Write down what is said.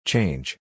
Change